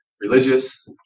religious